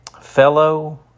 Fellow